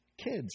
kids